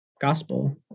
gospel